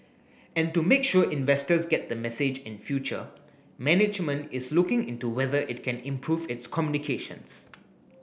and to make sure investors get the message in future management is looking into whether it can improve its communications